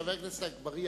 חבר הכנסת אגבאריה,